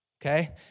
okay